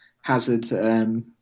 Hazard